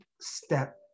Step